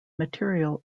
material